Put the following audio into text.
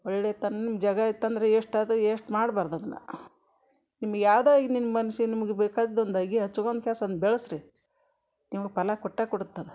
ಒಳ್ಳೆತನ್ ಜಾಗ ಇತ್ತಂದರೆ ಯೇಶ್ಟ್ ಅದು ಯೇಶ್ಟ್ ಮಾಡ್ಬಾರ್ದು ಅದನ್ನು ನಿಮ್ಗೆ ಯಾವ್ದಾ ಈಗ ನಿಮ್ಮ ಮನ್ಸಿಗೆ ನಿಮ್ಗೆ ಬೇಕಾದ್ದು ಒಂದು ಅಗಿ ಹಚ್ಕೊಂಡ್ ಕೇಸ್ ಒಂದು ಬೆಳೆಸ್ರಿ ನಿಮ್ಗೆ ಫಲ ಕೊಟ್ಟೇ ಕೊಡುತ್ತೆ ಅದು